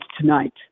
tonight